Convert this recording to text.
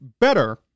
better